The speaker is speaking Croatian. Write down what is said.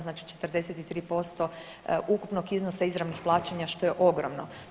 Znači 43% ukupnog iznosa izravnih plaćanja što je ogromno.